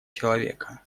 человека